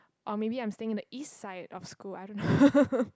or maybe I'm staying in the east side of school I don't know